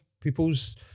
People's